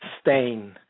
stain